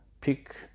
pick